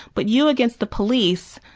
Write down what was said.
but you against the police,